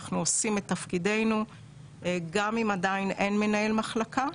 אנחנו עושים את תפקידנו גם אם עדיין אין מנהל מחלקה,